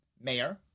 mayor